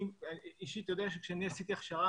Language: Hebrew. אני אישית יודע, כשעשיתי הכשרה